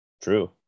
True